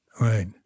Right